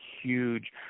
huge